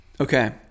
Okay